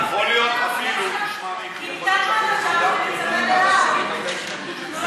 אתה צריך להבין שגם